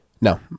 No